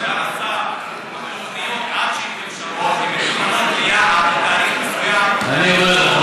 סגן השר, התוכניות, עד שהן מאושרות, אני אומר לך,